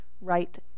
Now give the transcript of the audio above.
right